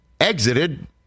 exited